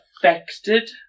affected